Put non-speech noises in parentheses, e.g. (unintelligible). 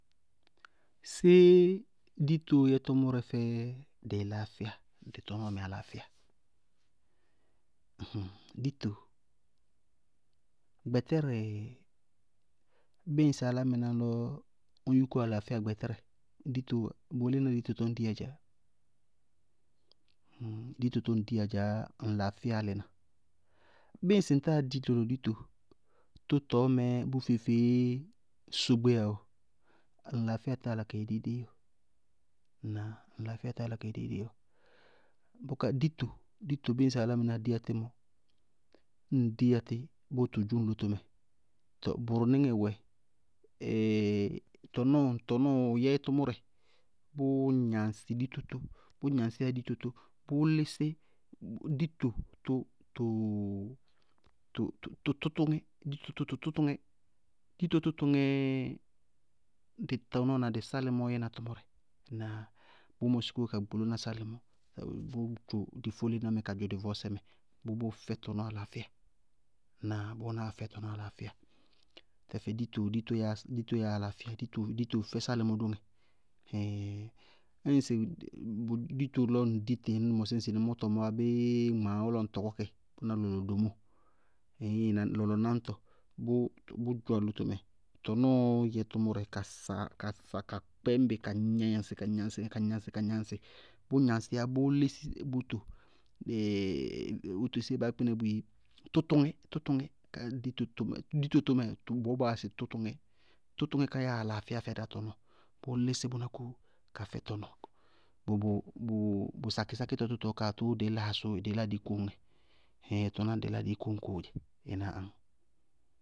Séé ditoó yɛ tʋmʋrɛ fɛ dɩɩlaafíya, dɩ tɔmɔɔ alaafɩya? (hesitation) ditoó, gbɛtɛrɛ ñŋsɩ álámɩná lɔ na ñ yúkú alaafíya, ditoówá, bʋʋ lína dito tɔɔ ŋŋ diya dzaá. (hesitation) dito tɔɔ ŋŋ diya mɛɛ ŋŋlaafíya wɛ. Bíɩ ŋsɩ ŋ táa di dito tʋtɔɔ mɛɛɛ bʋ feé-feé sogbéyá ɔɔ, ŋŋlaafíya táa yála ka yɛ déidéi ɔɔ, ŋña ŋŋlaafíya táa yála ka yɛ déidéi ɔɔ. Bʋká ditoó, ditoó ŋsɩ álámɩnás diyá tí mɔ, ñŋ diyá tí bɔ tʋ dzʋ lótomɛ, tɔɔ bʋrʋnɩŋɛ wɛ, (hesitation) tɔnɔ tɔnɔ yɛ tʋmʋrɛ, bʋʋ gnaŋsɩ dito tʋ, bʋ gnaŋsíya dito tʋ, bʋʋ lísí dito, tʋ tʋ tʋ tʋtʋŋɛ, ditoó tʋtʋŋɛɛ dɩ tɔnɔɔ na dɩ salɩmɔɔ yɛna tʋmʋrɛ. Bʋʋ mɔsí kóo ka gbolóna sálɩmɔ, ŋnáa? Tɔɔ bʋʋ dzʋ dɩ fóléna mɛ ka dzʋ dɩ vɔɔsɛ mɛ bʋʋ bʋʋ fɛ tɔnɔɔ alaafíya ŋnáa? Bʋnáa fɛ tɔnɔɔ alaafíya. Tɛfɛ ditoó, ditoó yáa alaafíya, ditoó fɛ sálɩmɔ dóŋɛ ɩhíɩɩŋ, ñŋsɩ ditoó lɔ ŋ ditɩ ñŋsɩ mɔsí dɩ maawʋ tɔ, mʋaabɛɛ maawʋ lɔ ŋ tɔkɔ kɛ na lɔlɔ domóo, ñŋɩ na lɔlɔ náŋtɔ, bʋ bʋ dzʋwa ŋ lótomɛ, tɔnɔɔɔ yɛ tʋmʋrɛ ka sá afaka kpɛñ bɩ ka gnaŋsɩ ka gnaŋsɩ ka gnaŋsɩ ka gnaŋsɩ. Bʋ gnaŋsíya bʋʋ lísí bʋtʋ, (hesitation) wóto sɩ béé baá yá kpínɛ bʋ yeé? Tʋtʋŋɛ, tʋtʋŋɛ ka ditoó tʋ mɛ, ditoó tʋ mɛ bɔɔ baa yáa sɩ tʋtʋŋɛ, tʋtʋŋɛ ká yá alaafíya fɛ dá tɔnɔɔ, bʋʋ lísí kbʋná ka fɛ tɔnɔɔ. Bʋ bʋ, bʋ bʋ sakɩsákítɔ tʋ tɔɔ káa tʋʋ dɩí lá asʋ dɩí lá dɩí kóŋñ dzɛ, ɛɛin tʋʋ lá dɩí lá kóŋñ dzɛ. (unintelligible)